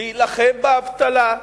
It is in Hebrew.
להילחם באבטלה,